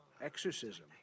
exorcism